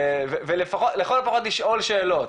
ולכל הפחות לשאול שאלות.